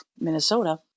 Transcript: Minnesota